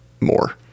more